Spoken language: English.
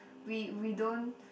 we we don't